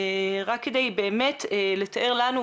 רק כדי באמת לתאר לנו,